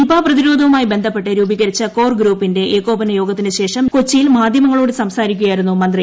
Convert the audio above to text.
Nipah പ്രതിരോധവുമായി ബന്ധപ്പെട്ട് രൂപീകരിച്ച കോർ ഗ്രൂപ്പിന്റെ ഏകോപന യോഗത്തിനുശേഷം കൊച്ചിയിൽ മാധ്യമങ്ങളോട് സംസാരിക്കുകയായിരുന്നു മന്ത്രി